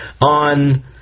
on